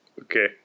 Okay